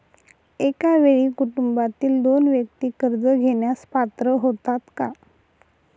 एका वेळी कुटुंबातील दोन व्यक्ती कर्ज घेण्यास पात्र होतात का?